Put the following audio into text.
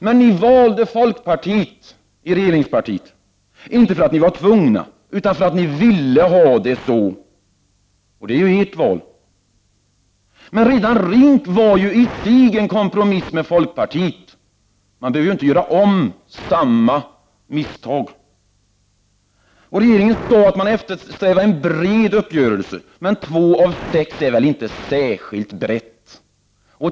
Men i regeringspartiet valde ni folkpartiet, inte för att ni var tvungna utan för att ni ville ha det så — och det är ju ert val. Men redan RINK var ju i sig en kompromiss med folkpartiet — man behöver inte göra om samma misstag. Regeringen sade att man eftersträvade en bred uppgörelse. Men två av sex är väl inte särskilt brett!